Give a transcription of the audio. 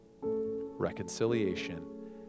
reconciliation